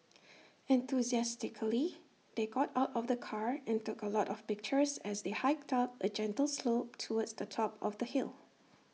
enthusiastically they got out of the car and took A lot of pictures as they hiked up A gentle slope towards the top of the hill